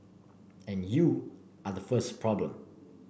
and you are the first problem